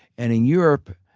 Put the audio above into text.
and in europe,